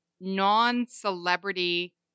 non-celebrity